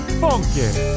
funky